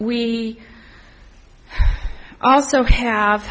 we also have